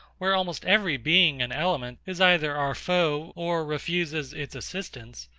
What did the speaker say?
where almost every being and element is either our foe or refuses its assistance.